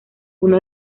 uno